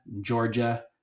Georgia